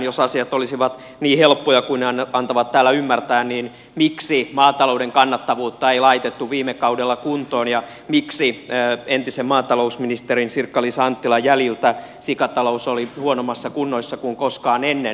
jos asiat olisivat niin helppoja kuin he antavat täällä ymmärtää niin miksi maatalouden kannattavuutta ei laitettu viime kaudella kuntoon ja miksi entisen maatalousministerin sirkka liisa anttilan jäljiltä sikatalous oli huonommassa kunnossa kuin koskaan ennen